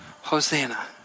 Hosanna